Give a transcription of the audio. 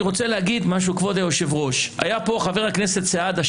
היה פה חבר הכנסת סעדה,